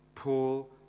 Paul